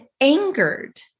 angered